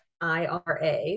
IRA